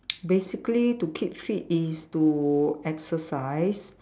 basically to keep fit is to exercise